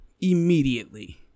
immediately